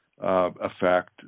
effect